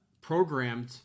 programmed